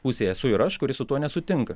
pusėje esu ir aš kuri su tuo nesutinka